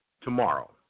tomorrow